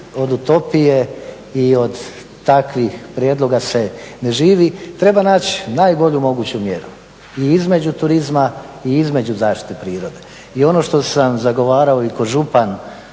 od utopije i od takvih prijedloga se ne živi. Treba naći najbolju moguću mjeru i između turizma i između zaštite prirode. I ono što sam zagovarao i kao župan